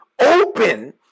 open